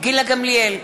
גילה גמליאל,